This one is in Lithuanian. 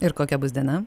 ir kokia bus diena